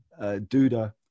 Duda